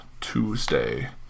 tuesday